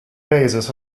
basis